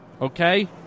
okay